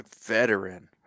Veteran